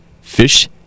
fish